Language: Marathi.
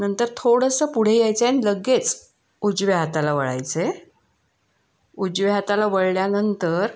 नंतर थोडंसं पुढे यायचं आहे आणि लगेच उजव्या हाताला वळायचं आहे उजव्या हाताला वळल्यानंतर